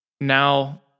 now